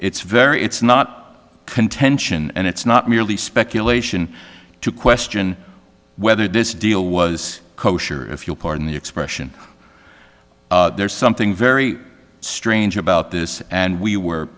it's very it's not contention and it's not merely speculation to question whether this deal was kosher if you'll pardon the expression there's something very strange about this and we were